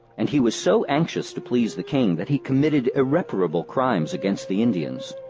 and he was so anxious to please the king that he committed irreparable crimes against the indians.